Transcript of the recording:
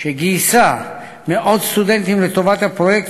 שגייסה מאות סטודנטים לטובת הפרויקט